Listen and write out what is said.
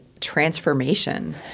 transformation